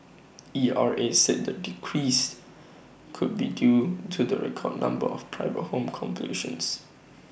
E R A said the decrease could be due to the record number of private home completions